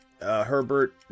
Herbert